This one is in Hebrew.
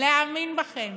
להאמין בכם.